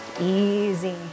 easy